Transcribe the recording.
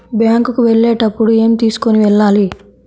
Bank కు వెళ్ళేటప్పుడు ఏమి తీసుకొని వెళ్ళాలి?